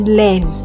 learn